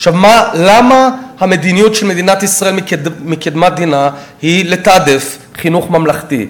למה המדיניות של מדינת ישראל מקדמת דנא היא לתעדף חינוך ממלכתי?